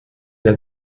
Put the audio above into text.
der